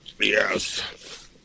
Yes